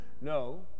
No